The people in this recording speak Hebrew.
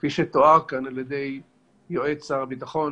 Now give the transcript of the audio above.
כפי שתואר כאן על ידי יועץ שר הביטחון,